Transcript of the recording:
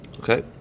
Okay